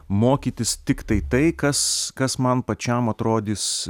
mokytis tiktai tai kas kas man pačiam atrodys